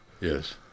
Yes